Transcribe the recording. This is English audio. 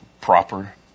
proper